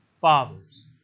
fathers